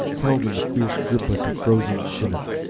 held in the fierce grip of the frozen chinook.